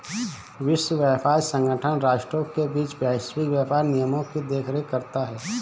विश्व व्यापार संगठन राष्ट्रों के बीच वैश्विक व्यापार नियमों की देखरेख करता है